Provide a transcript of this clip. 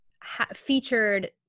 Featured